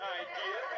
idea